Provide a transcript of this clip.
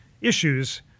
issues